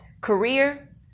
career